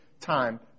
time